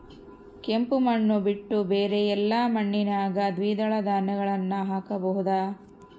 ಕೆಂಪು ಮಣ್ಣು ಬಿಟ್ಟು ಬೇರೆ ಎಲ್ಲಾ ಮಣ್ಣಿನಾಗ ದ್ವಿದಳ ಧಾನ್ಯಗಳನ್ನ ಹಾಕಬಹುದಾ?